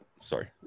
sorry